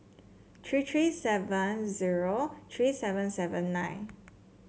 three three seven zero three seven seven nine